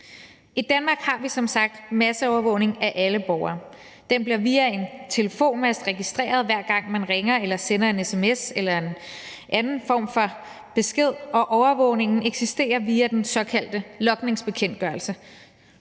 I Danmark har vi som sagt masseovervågning af alle borgere. Den bliver via en telefonmast registreret, hver gang man ringer eller sender en sms eller en anden form for besked, og overvågningen eksisterer via den såkaldte logningsbekendtgørelse.